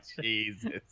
Jesus